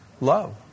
love